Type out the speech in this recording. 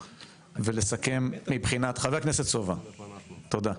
חבר הכנסת סובה, תודה.